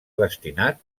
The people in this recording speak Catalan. destinat